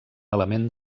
element